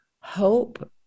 Hope